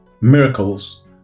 miracles